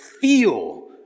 feel